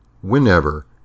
whenever